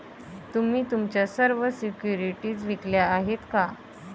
तुम्ही तुमच्या सर्व सिक्युरिटीज विकल्या आहेत का?